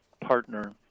partner